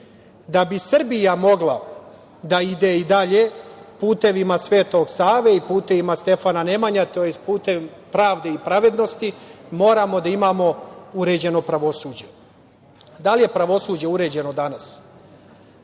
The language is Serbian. bi Srbija mogla da ide i dalje putevim Svetog Save i putevim Stefana Nemanje, tj. putem pravde i pravednosti moramo da imamo uređeno pravosuđe. Da li je pravosuđe uređeno danas?